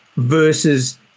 versus